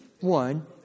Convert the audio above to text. one